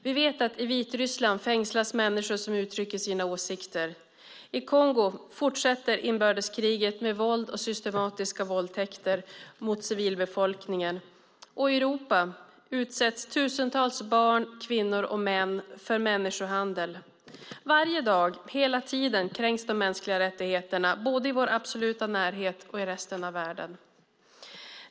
Vi vet att i Vitryssland fängslas människor som uttrycker sina åsikter, i Kongo fortsätter inbördeskriget med våld och systematiska våldtäkter mot civilbefolkningen och i Europa utsätts tusentals barn, kvinnor och män för människohandel. Varje dag, hela tiden, kränks de mänskliga rättigheterna både i vår absoluta närhet och i resten av världen.